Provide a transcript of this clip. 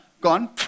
gone